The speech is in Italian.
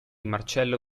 marcello